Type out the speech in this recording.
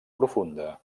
profunda